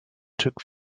took